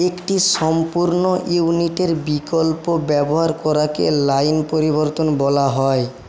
একটি সম্পূর্ণ ইউনিটের বিকল্প ব্যবহার করাকে লাইন পরিবর্তন বলা হয়